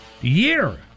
year